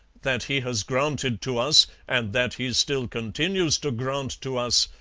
that he has granted to us, and that he still continues to grant to us,